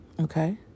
Okay